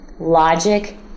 logic